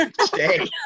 Stay